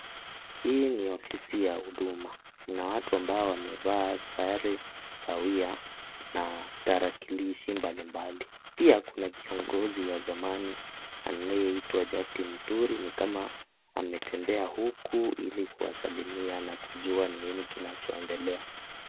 Huu ni ofisi ya huduma kuna watu ambao wamevalia sare sawia na tarakilishi mbalimbali pia kuna kiongozi wa zamani anayeitwa Justin Muturi ametembea huku kuwasalimia na kujua nini kinaendelea.